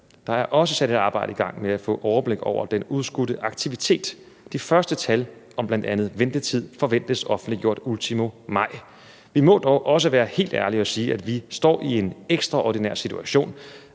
Der er også sat et arbejde i gang med at få et overblik over den udskudte aktivitet. De første tal om bl.a. ventetid forventes offentliggjort ultimo maj. Vi må dog også være helt ærlige og sige, at vi står i en ekstraordinær situation.